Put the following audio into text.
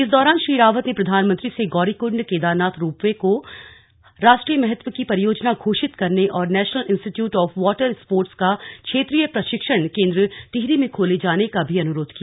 इस दौरान श्री रावत ने प्रधानमंत्री से गौरीकृण्ड केदारनाथ रोपवे को राष्ट्रीय महत्व की परियोजना घोषित करने और national institute of water sports का क्षेत्रीय प्रशिक्षण केंद्र टिहरी में खोले जाने का भी अनुरोध किया